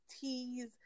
teas